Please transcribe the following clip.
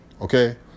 okay